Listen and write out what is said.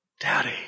Daddy